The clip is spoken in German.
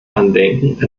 andenken